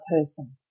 person